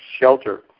shelter